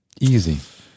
Easy